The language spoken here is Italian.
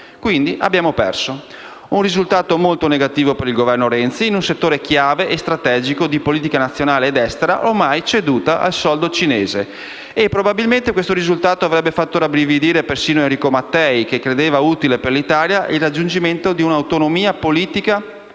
Quindi abbiamo perso! Un risultato molto negativo per il Governo Renzi in un settore chiave e strategico di politica nazionale ed estera, ormai ceduta al soldo cinese. Probabilmente tale risultato avrebbe fatto rabbrividire perfino Enrico Mattei che credeva utile per l'Italia il raggiungimento di un'autonomia politica